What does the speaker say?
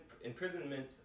imprisonment